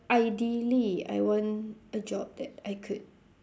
ideally I want a job that I could